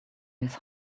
his